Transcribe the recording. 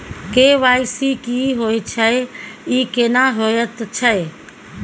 KYC की होय छै, ई केना होयत छै?